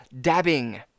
dabbing